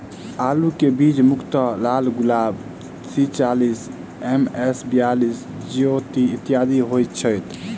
आलु केँ बीज मुख्यतः लालगुलाब, सी चालीस, एम.एस बयालिस, ज्योति, इत्यादि होए छैथ?